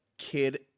kid